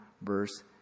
verse